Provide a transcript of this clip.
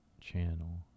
channel